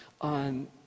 on